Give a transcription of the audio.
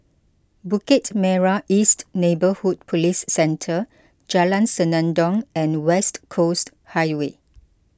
Bukit Merah East Neighbourhood Police Centre Jalan Senandong and West Coast Highway